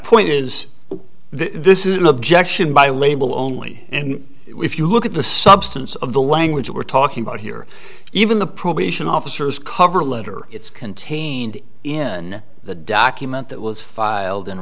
point is this is an objection by label only and if you look at the substance of the language we're talking about here even the probation officers cover letter it's contained in the document that was filed in